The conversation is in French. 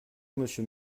monsieur